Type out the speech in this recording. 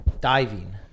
Diving